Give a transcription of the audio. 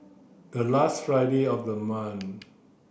the last Friday of the month